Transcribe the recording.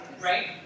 right